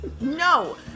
no